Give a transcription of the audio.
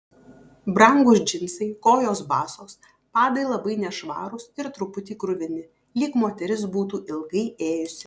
brangūs džinsai kojos basos padai labai nešvarūs ir truputį kruvini lyg moteris būtų ilgai ėjusi